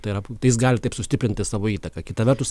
tai yra tai jis gali taip sustiprinti savo įtaką kita vertus